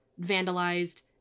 vandalized